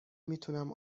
میتونم